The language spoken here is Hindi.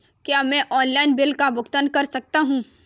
क्या मैं ऑनलाइन बिल का भुगतान कर सकता हूँ?